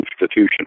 institution